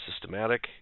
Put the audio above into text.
systematic